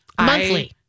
monthly